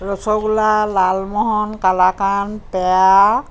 rasgulla lalmohan kalakand পেৰা